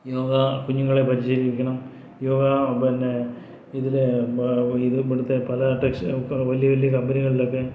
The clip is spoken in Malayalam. യോഗ കുഞ്ഞുങ്ങളെ പരിശീലിപ്പിക്കണം യോഗ പിന്നെ ഇതിൽ ഇത് ഇവിടുത്തെ പല ടെക്സ് വലിയ വലിയ കമ്പനികളിലൊക്കെ